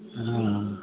एहाँ